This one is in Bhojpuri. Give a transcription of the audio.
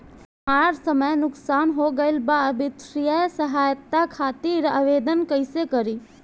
हमार फसल नुकसान हो गईल बा वित्तिय सहायता खातिर आवेदन कइसे करी?